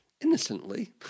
Innocently